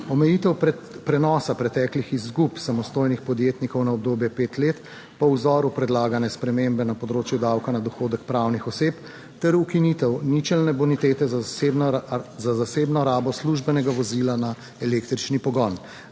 omejitev prenosa preteklih izgub samostojnih podjetnikov na obdobje pet let po vzoru predlagane spremembe na področju davka na dohodek pravnih oseb ter ukinitev ničelne bonitete za zasebno rabo službenega vozila na električni pogon.